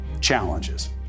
challenges